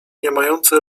niemające